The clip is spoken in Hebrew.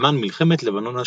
בזמן מלחמת לבנון השנייה.